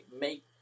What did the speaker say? make